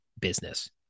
business